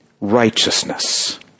righteousness